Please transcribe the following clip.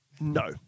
No